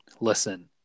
Listen